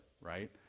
right